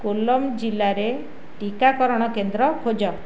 କୋଲ୍ଲମ୍ ଜିଲ୍ଲାରେ ଟିକାକରଣ କେନ୍ଦ୍ର ଖୋଜ